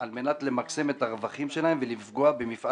על מנת למקסם את הרווחים שלהם ולפגוע במפעל